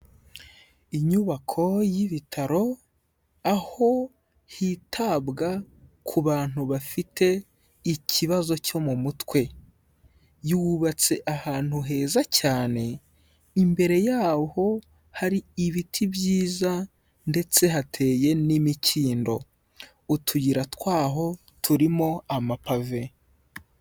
Inyubako y'ibitaro aho hitabwa ku bantu bafite ikibazo cyo mu mutwe, yubatse ahantu heza cyane, imbere yaho hari ibiti byiza ndetse hateye n'imikindo, utuyira twaho turimo amapave.